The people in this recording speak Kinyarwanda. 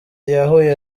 yahuye